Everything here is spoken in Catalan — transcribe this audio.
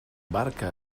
barca